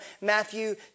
Matthew